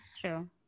True